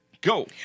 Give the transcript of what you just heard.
Go